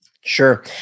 Sure